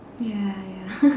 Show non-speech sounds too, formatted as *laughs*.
ya ya *laughs*